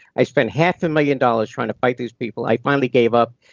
i spent half a million dollars trying to fight these people. i finally gave up,